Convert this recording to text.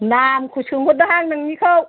नामखौ सोंहरदोंहां नोंनिखौ